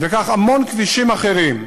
וכך המון כבישים אחרים.